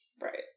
Right